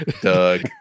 Doug